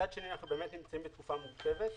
מצד שני, אנחנו באמת נמצאים בתקופה מורכבת.